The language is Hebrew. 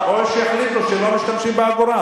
או שיחליטו שלא משתמשים באגורה,